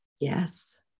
Yes